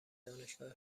دانشگاه